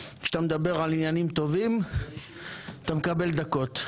כשאתה מדבר על עניינים טובים אתה מקבל דקות,